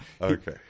Okay